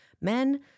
Men